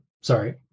Sorry